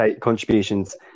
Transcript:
contributions